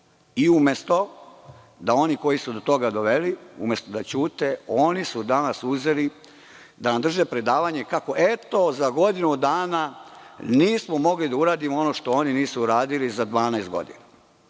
Umesto da oni koji su do toga doveli da ćute, oni su danas uzeli da nam drže predavanje kako za godinu dana nismo mogli da uradimo ono što oni nisu uradili za 12 godina. Iako